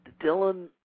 Dylan